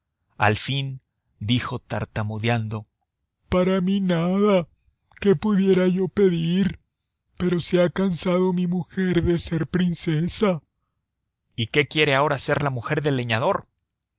al fin dijo tartamudeando para mí nada qué pudiera yo pedir pero se ha cansado mi mujer de ser princesa y qué quiere ahora ser la mujer del leñador